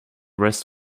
rest